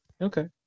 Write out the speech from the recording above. Okay